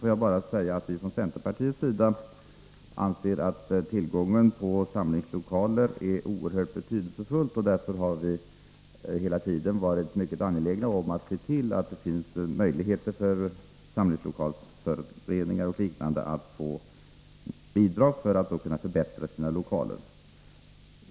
Får jag bara säga att vi från centerpartiets sida anser att tillgången till samlingslokaler är oerhört betydelsefull, och därför har vi hela tiden varit mycket angelägna om att se till att det finns möjligheter för föreningar o. d. som använder samlingslokaler att få bidrag för att kunna förbättra sina lokaler.